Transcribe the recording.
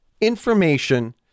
information